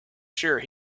sure